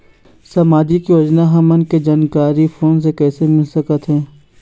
सामाजिक योजना हमन के जानकारी फोन से कइसे मिल सकत हे?